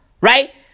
right